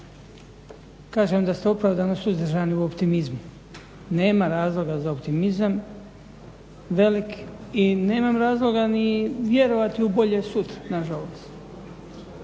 kažem da ste upravo danas suzdržani u optimizmu. Nema razloga za optimizam velik i nemam razloga ni vjerovati u bolje sutra nažalost.